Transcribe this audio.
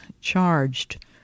charged